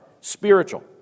spiritual